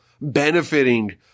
benefiting